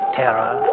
terror